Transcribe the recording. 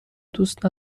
دوست